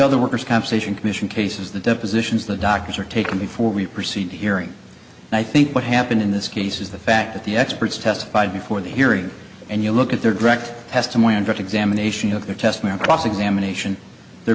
other workers compensation commission cases the depositions the doctors are taken before we proceed hearing and i think what happened in this case is the fact that the experts testified before the hearing and you look at their direct testimony in fact examination of their